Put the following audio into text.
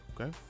Okay